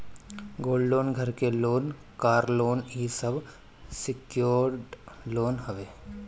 gold loan, घर के loan, car loan इ सब सिक्योर्ड लोन हवे